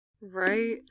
Right